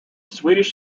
swedish